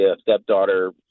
stepdaughter